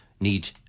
need